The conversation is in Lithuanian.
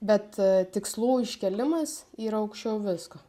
bet tikslų iškėlimas yra aukščiau visko